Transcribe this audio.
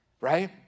Right